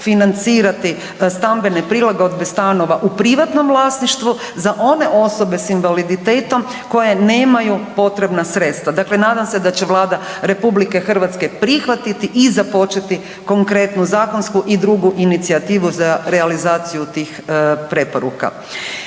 financirati stambene prilagodbe stanova u privatnom vlasništvu za one osobe s invaliditetom koje nemaju potrebna sredstva. Dakle nadam se da će Vlada RH prihvatiti i započeti konkretnu zakonsku i drugu inicijativu za realizaciju tih preporuka.